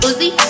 Uzi